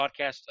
podcast